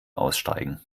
aussteigen